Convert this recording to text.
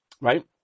right